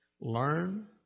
learn